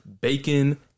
Bacon